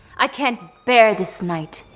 i cannot bear this night,